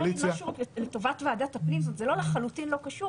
אם אפשר להגיד משהו לטובת ועדת הפנים: זה לא לחלוטין לא קשור,